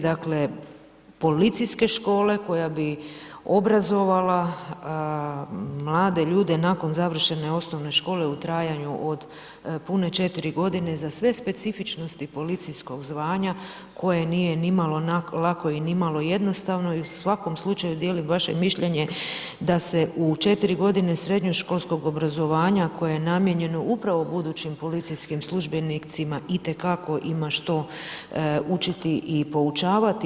Dakle, policijske škole koja bi obrazovala mlade ljude nakon završene osnovne škole u trajanju od pune 4 godine za sve specifičnosti policijskog zvanja koje nije nimalo lako i nimalo jednostavno i u svakom slučaju dijelim vaše mišljenje da se u 4 godine srednjoškolskog obrazovanja koje je namijenjeno upravo budućim policijskim službenicima itekako ima što učiti i poučavati.